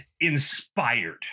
inspired